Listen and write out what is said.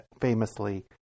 famously